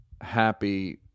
happy